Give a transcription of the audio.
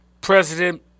President